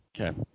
okay